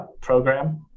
program